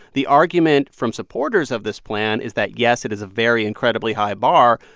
the argument from supporters of this plan is that, yes, it is a very incredibly high bar.